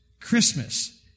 Christmas